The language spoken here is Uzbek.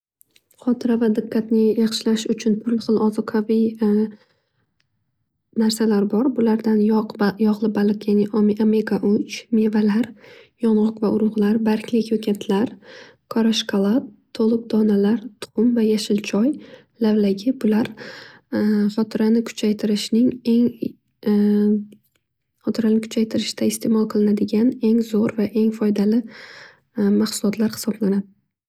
Xotira va diqqatni yaxshilash uchun turli xil zuqaviy narsalar bor. Bulardan yog'li baliq yani omega uch mevalar, yong'oq va urug'lar balki ko'katlar, qora shkolad, to'liq donalar va yashil choy, lavlagi. Bular xotirani kuchaytirishda istemol qilinadigan eng zo'r va foydali mahsulotlar hisoblanadi.